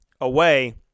away